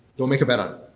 they'll make a bet on